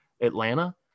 Atlanta